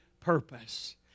purpose